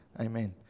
Amen